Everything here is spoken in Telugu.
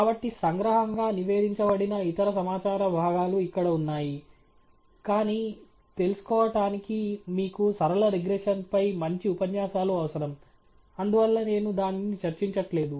కాబట్టి సంగ్రహంగా నివేదించబడిన ఇతర సమాచార భాగాలు ఇక్కడ ఉన్నాయి కానీ తెలుసుకోవటానికి మీకు సరళ రిగ్రెషన్ పై మంచి ఉపన్యాసాలు అవసరం అందువల్ల నేను దానిని చర్చించట్లేదు